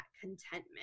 contentment